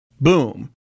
Boom